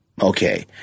Okay